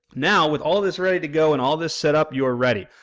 now, with all this ready to go and all this setup you're ready.